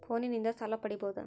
ಫೋನಿನಿಂದ ಸಾಲ ಪಡೇಬೋದ?